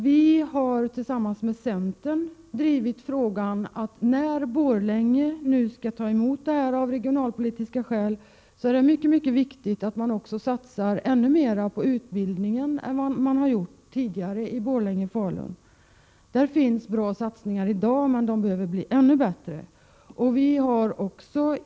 Vi har tillsammans med centern drivit frågan att när Borlänge skall ta emot detta verk av regionalpolitiska skäl är det mycket, mycket viktigt att man satsar mera på utbildningen än vad man har gjort tidigare i regionen Borlänge-Falun. Där finns bra satsningar i dag, men de behöver bli ännu bättre.